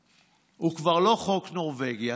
כבר לא חוק נורבגי.